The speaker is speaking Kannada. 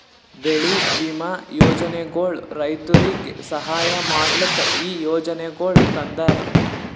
ಬೆಳಿ ವಿಮಾ ಯೋಜನೆಗೊಳ್ ರೈತುರಿಗ್ ಸಹಾಯ ಮಾಡ್ಲುಕ್ ಈ ಯೋಜನೆಗೊಳ್ ತಂದಾರ್